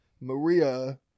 Maria